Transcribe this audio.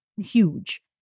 huge